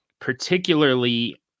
particularly